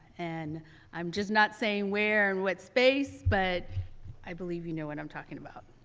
and i'm just not saying where and what space but i believe you know what i'm talking about